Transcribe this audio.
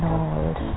old